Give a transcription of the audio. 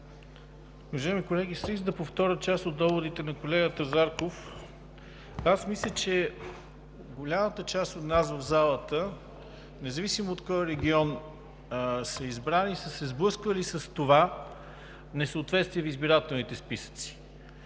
Уважаеми колеги, с риск да повторя част от доводите на колегата Зарков, мисля, че голямата част от нас в залата, независимо от кой регион са избрани, са се сблъсквали с това несъответствие в избирателните списъци.